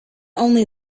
only